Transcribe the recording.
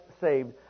saved